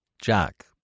Jack